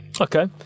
okay